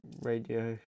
radio